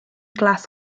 glass